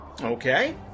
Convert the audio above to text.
Okay